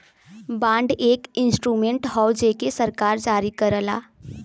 bond एक instrument हौ जेके सरकार जारी करला